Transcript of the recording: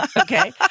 Okay